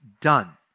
done